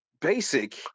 basic